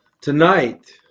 tonight